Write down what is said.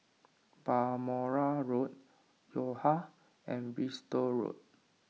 Balmoral Road Yo Ha and Bristol Road